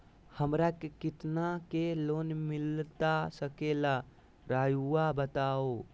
हमरा के कितना के लोन मिलता सके ला रायुआ बताहो?